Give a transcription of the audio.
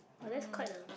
but that's quite a